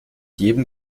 jedem